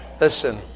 Listen